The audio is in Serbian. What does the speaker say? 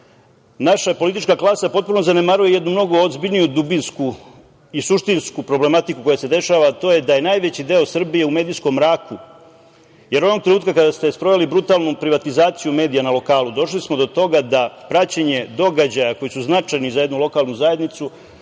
naša politička klasa potpuno zanemaruje jednu mnogo ozbiljniju dubinsku i suštinsku problematiku koja se dešava, a to je da je najveći deo Srbije u medijskom mraku jer onog trenutka kada ste sproveli brutalnu privatizaciju medija na lokalu došli smo do toga da praćenje događaja koji su značajni za jednu lokalnu zajednicu